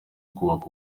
kubaka